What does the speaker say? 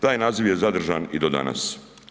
Taj naziv je zadržan i do danas.